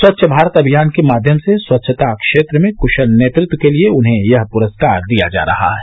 स्वच्छ भारत अभियान के माध्यम से स्वच्छता क्षेत्र में कुशल नेतृत्व के लिए उन्हें यह प्रस्कार दिया जा रहा है